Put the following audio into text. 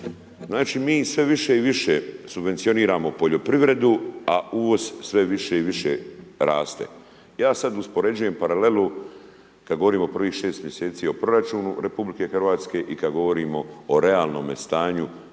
Znači, mi sve više i više subvencioniramo poljoprivredu, a uvoz sve više i više raste. Ja sada uspoređujem paralelu kada govorimo o prvih 6 mjeseci o proračunu RH i kada govorimo o realnom stanju,